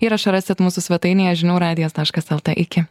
įrašą rasit mūsų svetainėje žinių radijas taškas lt iki